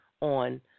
on